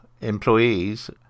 employees